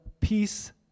peace